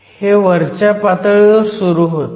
हे वरच्या पातळीवर सुरू होतं